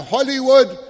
Hollywood